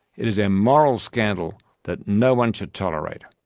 it is a moral scandal that no one should tolerate.